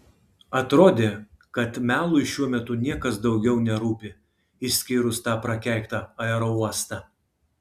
atrodė kad melui šiuo metu niekas daugiau nerūpi išskyrus tą prakeiktą aerouostą